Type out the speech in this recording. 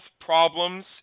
problems